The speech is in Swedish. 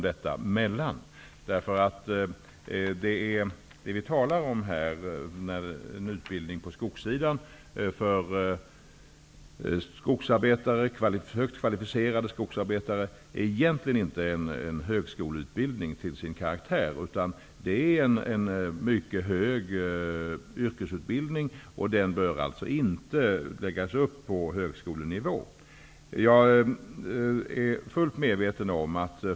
Det vi här talar om -- en utbildning på skogssidan för högt kvalificerade skogsarbetare -- är till sin karaktär egentligen inte en högskoleutbildning, utan det är en mycket hög yrkesutbildning, och den bör alltså inte läggas upp på högskolenivå.